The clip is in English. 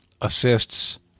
assists